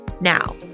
Now